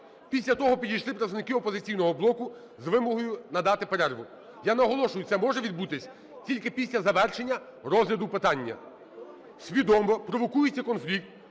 після того підішли представники "Опозиційного блоку" з вимогою надати перерву. Я наголошую: це може відбутись тільки після завершення розгляду питання. Свідомо провокується конфлікт,